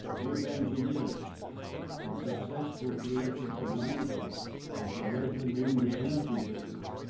both engineers and successful creators and managers of the wet and windy energy business,